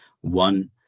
one